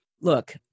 look